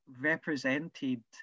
represented